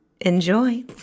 enjoy